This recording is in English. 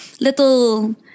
little